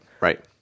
Right